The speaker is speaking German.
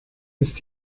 ist